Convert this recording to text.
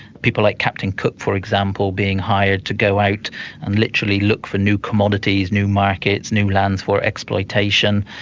people like captain cook, for example, being hired to go out and literally look for new commodities, new markets, new lands for exploitation.